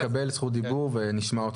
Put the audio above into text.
אתה תקבל זכות דיבור ונשמע את